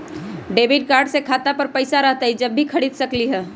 Debit card से खाता पर पैसा रहतई जब ही खरीद सकली ह?